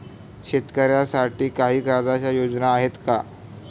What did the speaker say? शेतकऱ्यांसाठी काही कर्जाच्या योजना आहेत का?